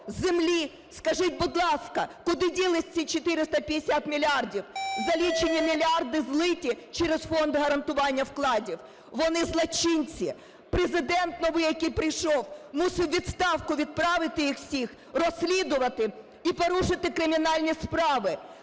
землі. Скажіть, будь ласка, куди ділися ці 450 мільярдів? За лічені мільярді злиті через Фонд гарантування вкладів. Вони злочинці! Президент новий, який прийшов, мусив у відставку відправити їх усіх, розслідувати і порушити кримінальні справи,